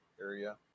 area